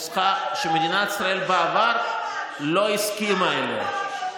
זו נוסחה שמדינת ישראל בעבר לא הסכימה לה.